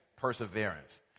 perseverance